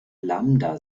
lambda